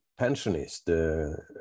pensionist